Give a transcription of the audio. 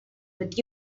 with